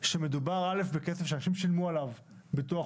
שמדובר בכסף שאנשים שילמו עליו ביטוח